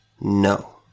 No